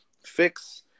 fix